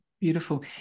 Beautiful